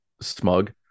Smug